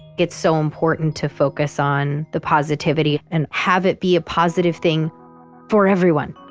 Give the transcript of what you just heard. it's so important to focus on the positivity and have it be a positive thing for everyone.